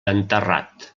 enterrat